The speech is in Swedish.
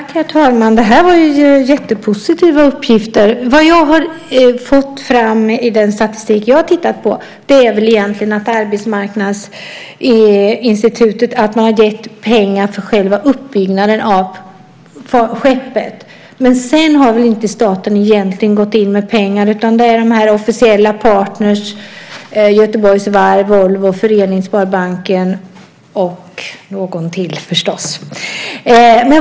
Herr talman! Det här var ju jättepositiva uppgifter. Vad jag har fått fram i den statistik som jag har tittat på är att Arbetsmarknadsinstitutet har gett pengar för själva uppbyggnaden av skeppet. Men sedan har staten egentligen inte gått in med pengar, utan det har officiella partner som Göteborgs varv, Volvo, Föreningssparbanken och förstås någon till gjort.